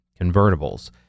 convertibles